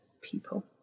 people